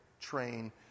train